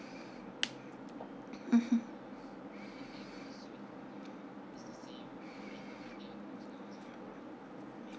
mmhmm